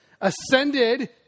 ascended